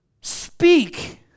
speak